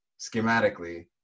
schematically